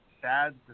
sad